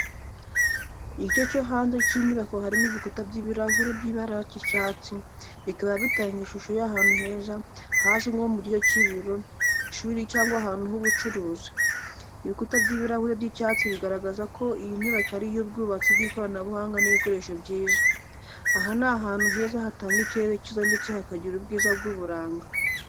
Igice cyo hanze cy'inyubako harimo ibikuta by'ibirahure by'ibara ry'icyatsi, bikaba bitanga ishusho y'ahantu heza, hazwi nko mu gice cy'ibiro, ishuri cyangwa ahantu h'ubucuruzi. Ibikuta by'ibirahure by'icyatsi bigaragaza ko iyi nyubako ari iy'ubwubatsi bw'ikoranabuhanga n'ibikoresho byiza. Aha ni ahantu heza hatanga ikirere cyiza ndetse hakagira ubwiza bw'uburanga.